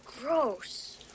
gross